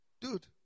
dude